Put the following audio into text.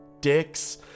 Dicks